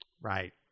right